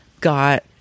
got